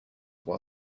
while